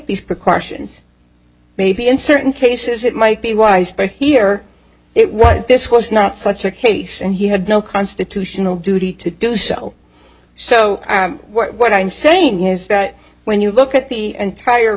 these precautions maybe in certain cases it might be wise here it was this was not such a case and he had no constitutional duty to do so so what i'm saying is that when you look at the entire